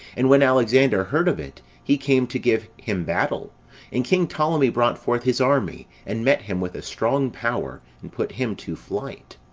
and when alexander heard of it, he came to give him battle and king ptolemee brought forth his army, and met him with a strong power, and put him to flight.